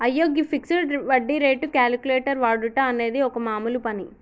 అయ్యో గీ ఫిక్సడ్ వడ్డీ రేటు క్యాలిక్యులేటర్ వాడుట అనేది ఒక మామూలు పని